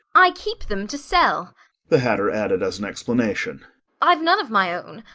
i keep them to sell the hatter added as an explanation i've none of my own.